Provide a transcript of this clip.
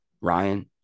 Ryan